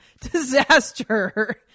disaster